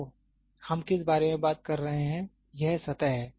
तो हम किस बारे में बात कर रहे हैं यह सतह है